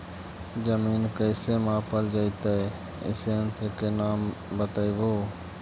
जमीन कैसे मापल जयतय इस यन्त्र के नाम बतयबु?